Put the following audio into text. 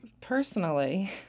Personally